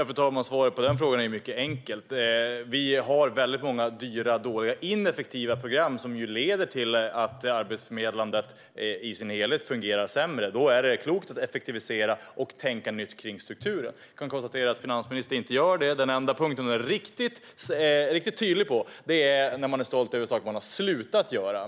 Fru talman! Svaret på den frågan är mycket enkel. Vi har väldigt många dyra, dåliga och ineffektiva program som leder till att arbetsförmedlandet i sin helhet fungerar sämre. Då är det klokt att effektivisera och tänka nytt kring strukturen. Jag kan konstatera att finansministern inte gör det. Den enda punkt där hon är riktigt tydlig är att hon är stolt över saker man har slutat göra.